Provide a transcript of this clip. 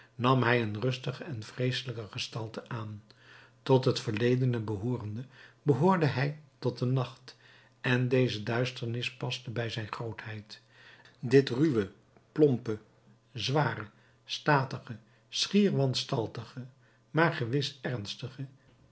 nam hij een rustige en vreeselijke gestalte aan tot het verledene behoorende behoorde hij tot den nacht en deze duisternis paste bij zijn grootheid dit ruwe plompe zware statige schier wanstaltige maar gewis ernstige